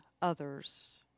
others